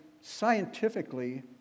scientifically